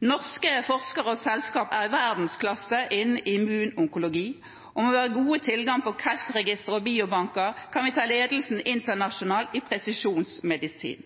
Norske forskere og selskap er i verdensklasse innen immunonkologi, og med vår gode tilgang på kreftregistre og biobanker kan vi ta ledelsen internasjonalt i presisjonsmedisin.